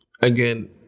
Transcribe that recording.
again